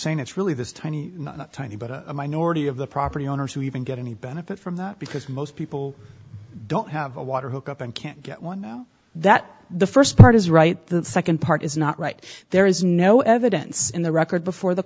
saying it's really this tiny tiny bit of minority of the property owners who even get any benefit from that because most people don't have a water hook up and can't get one that the first part is right that second part is not right there is no evidence in the record before the